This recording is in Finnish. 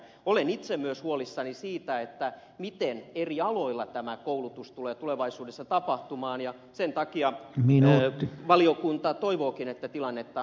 olen itse myös huolissani siitä miten eri aloilla tämä koulutus tulevaisuudessa tapahtuu ja sen takia valiokunta toivookin että tilannetta seurataan